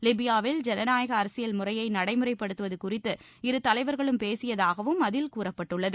லிபியாவில் ஜனநாயக அரசியல் முறையை நடைமுறைப்படுத்துவது குறித்து இருதலைவர்களும் பேசியதாகவும் அதில் கூறப்பட்டுள்ளது